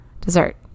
Dessert